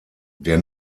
der